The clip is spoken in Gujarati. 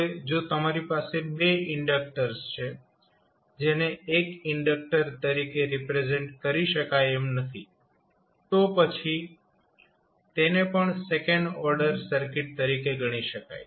હવે જો તમારી પાસે 2 ઇન્ડક્ટર્સ છે જેને એક ઇન્ડક્ટર તરીકે રિપ્રેઝેન્ટ કરી શકાય એમ નથી તો પછી તેને પણ સેકન્ડ ઓર્ડર સર્કિટ તરીકે ગણી શકાય